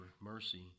mercy